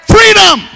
Freedom